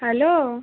hello